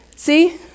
See